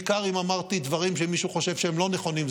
בעיקר אם אמרתי דברים שמישהו חושב שהם לא נכונים.